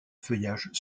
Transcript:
feuillage